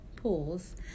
pools